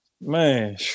Man